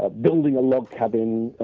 ah building a log cabin,